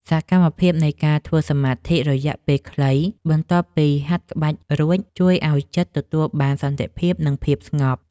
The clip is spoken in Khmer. សកម្មភាពនៃការធ្វើសមាធិរយៈពេលខ្លីបន្ទាប់ពីហាត់ក្បាច់រួច ជួយឱ្យចិត្តទទួលបានសន្តិភាព និងភាពស្ងប់។